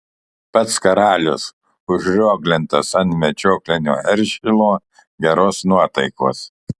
pats karalius užrioglintas ant medžioklinio eržilo geros nuotaikos